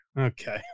okay